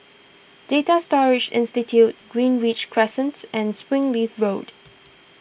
Data Storage Institute Greenridge Crescents and Springleaf Road